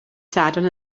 sadwrn